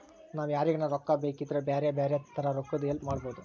ನಾವು ಯಾರಿಗನ ರೊಕ್ಕ ಬೇಕಿದ್ರ ಬ್ಯಾರೆ ಬ್ಯಾರೆ ತರ ರೊಕ್ಕದ್ ಹೆಲ್ಪ್ ಮಾಡ್ಬೋದು